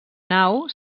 nau